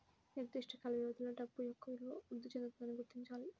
నిర్దిష్ట కాల వ్యవధిలో డబ్బు యొక్క విలువ వృద్ధి చెందుతుందని గుర్తించాలి